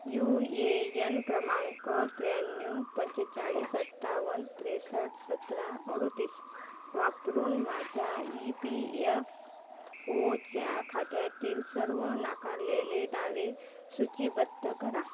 you A N क्रमांक त्र्याण्णव पंचेचाळीस अठ्ठावन्न त्रेसष्ट सतरा अडतीस वापरून माझ्या ई पी यफ ओच्या खात्यातील सर्व नाकारलेले दावे सूचीबद्ध करा